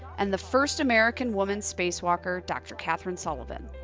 and the first american woman's space walker, dr. katherine sullivan.